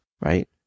right